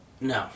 No